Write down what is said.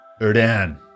Erdan